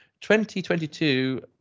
2022